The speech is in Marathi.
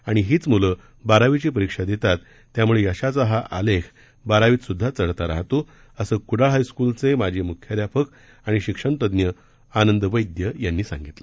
आणि हीच म्लं बारावीची परीक्षा देतात त्याम्ळे यशाचा हा आलेख बारावीत स्द्धा चढता राहतो असं क्डाळ हायस्क्लचे माजी म्ख्याध्यापक तथा शिक्षण तज्ज्ञ आनंद वैद्य यांनी सांगितलं